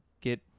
get